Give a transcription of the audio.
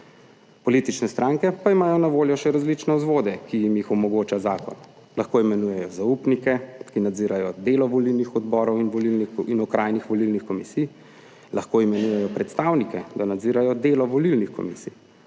Politične stranke pa imajo na voljo še različne vzvode, ki jim jih omogoča zakon lahko imenujejo zaupnike, ki nadzirajo delo volilnih odborov in okrajnih volilnih komisij, lahko imenujejo predstavnike, da nadzirajo delo volilnih komisij,